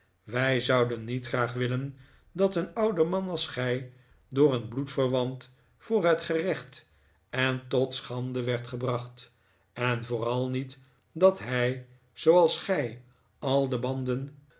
wij zouden niet graag willen dat een oude man als gij door een bloedverwant voor het gerecht en tot schande werd gebracht en vooral niet dat hij zooals gij al de banden